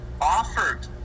offered